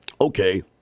Okay